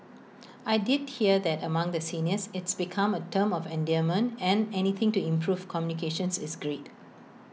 I did hear that among the seniors it's become A term of endearment and anything to improve communications is great